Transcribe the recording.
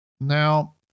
Now